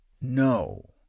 No